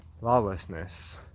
lawlessness